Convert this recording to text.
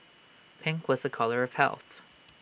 pink was A colour of health